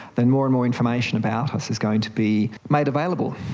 then more and more information about us is going to be made available.